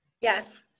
Yes